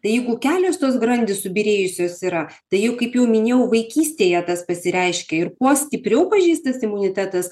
tai jeigu kelios tos grandys subyrėjusios yra tai jau kaip jau minėjau vaikystėje tas pasireiškia ir kuo stipriau pažeistas imunitetas